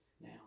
Now